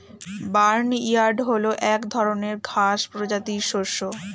barnyard হল এক ধরনের ঘাস প্রজাতির শস্য